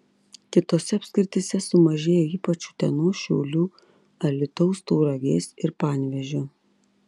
kitose apskrityse sumažėjo ypač utenos šiaulių alytaus tauragės ir panevėžio